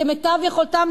כמיטב יכולתם,